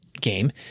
game